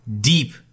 deep